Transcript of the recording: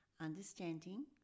understanding